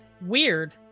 weird